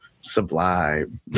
sublime